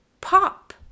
pop